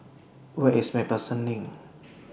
Where IS MacPherson Lane